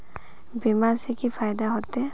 बीमा से की फायदा होते?